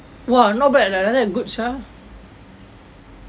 !wah! not bad leh like that good sia